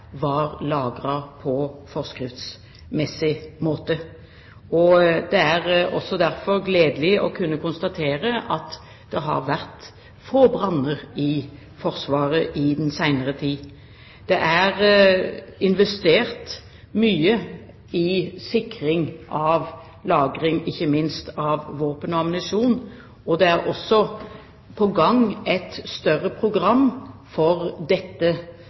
var lagret på forskriftsmessig måte. Det er derfor også gledelig å kunne konstatere at det har vært få branner i Forsvaret i den senere tid. Det er investert mye i sikring av lagre, ikke minst av våpen og ammunisjon, og det er også på gang et større program for dette